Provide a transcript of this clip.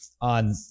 on